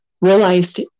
realized